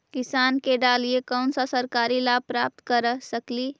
किसान के डालीय कोन सा सरकरी लाभ प्राप्त कर सकली?